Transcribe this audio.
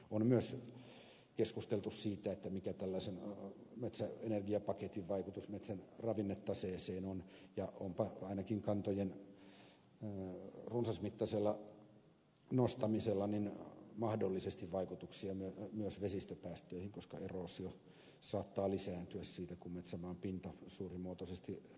on myös keskusteltu siitä mikä tällaisen metsäenergiapaketin vaikutus metsän ravinnetaseeseen on ja onpa ainakin kantojen runsasmittaisella nostamisella mahdollisesti vaikutuksia myös vesistöpäästöihin koska eroosio saattaa lisääntyä siitä kun metsämaan pinta suurimuotoisesti rikotaan